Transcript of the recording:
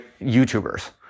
YouTubers